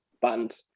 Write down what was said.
band